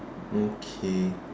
okay